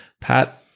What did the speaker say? Pat –